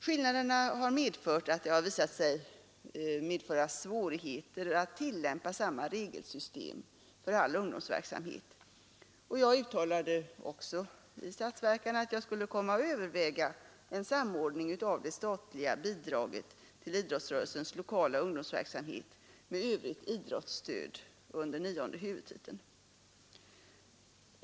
Skillnaderna har medfört svårigheter att tillämpa samma regelsystem för all ungdomsverksamhet, och jag uttalade också i statsverkspropositionen att jag skulle komma att överväga en samordning av det statliga bidraget till idrottsrörelsens lokala ungdomsverksamhet med övrigt idrottsstöd under nionde huvudtiteln.